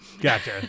Gotcha